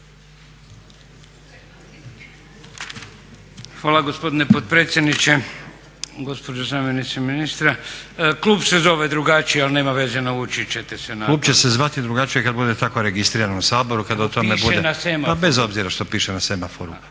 Hvala gospodine potpredsjedniče, gospođo zamjenice ministra. Klub se zove drugačije, ali nema veze naučit ćete se. **Stazić, Nenad (SDP)** Klub će se zvati drugačije kad bude tako registrirano u Saboru, kad o tome bude **Vuljanić, Nikola (Nezavisni)** Piše na semaforu.